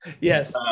Yes